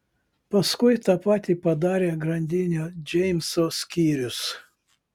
paskui tą patį padarė grandinio džeimso skyrius